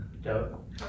dope